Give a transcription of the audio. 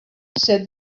said